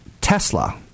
Tesla